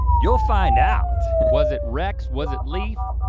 you'll find out! was it rex, was it leaf?